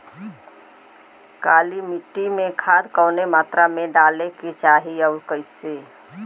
काली मिट्टी में खाद कवने मात्रा में डाले के चाही अउर कइसे?